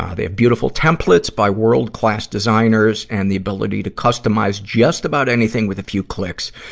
ah they have beautiful templates by world-class designers and the ability to customize just about anything with a few clicks.